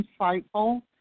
insightful